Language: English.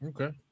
Okay